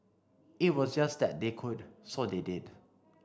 it was just that they could so they did